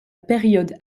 période